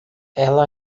ela